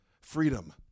freedom